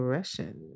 Russian